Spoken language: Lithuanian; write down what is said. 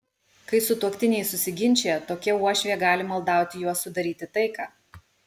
kai sutuoktiniai susiginčija tokia uošvė gali maldauti juos sudaryti taiką